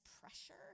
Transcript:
pressure